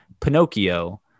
Pinocchio